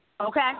Okay